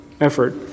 Effort